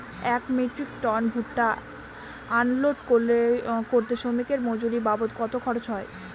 এক metric ton ভুট্টা unload করতে শ্রমিকের মজুরি বাবদ কত খরচ হয়?